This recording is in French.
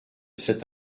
cet